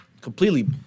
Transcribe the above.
Completely